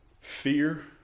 fear